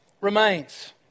remains